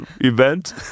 event